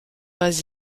pas